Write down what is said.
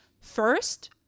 first